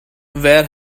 where